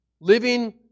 Living